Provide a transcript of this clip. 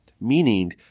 Meaning